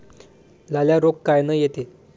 लाल्या रोग कायनं येते?